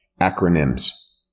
acronyms